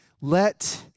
let